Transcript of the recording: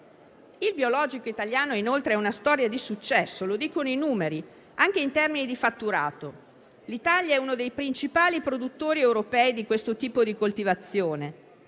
Il biologico italiano ha inoltre una storia di successo e lo dicono i numeri anche in termini di fatturato. L'Italia è uno dei principali produttori europei di questo tipo di coltivazione.